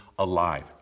alive